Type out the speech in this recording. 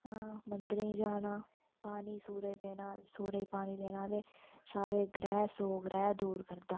मंदरें गी जाना पानी सुरज गी देना सुरजै गी पानी देना ते सारे ग्रैह् सौ ग्रैह् दूर करदा